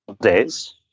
days